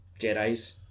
jedis